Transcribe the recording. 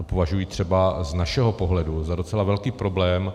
A to považuji třeba z našeho pohledu za docela velký problém.